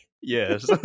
Yes